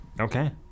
okay